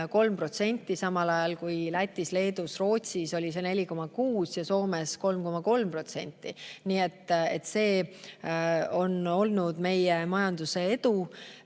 8,3%, samal ajal kui Lätis, Leedus ja Rootsis oli see 4,6% ja Soomes 3,3%. Nii et see on olnud meie majanduse edu.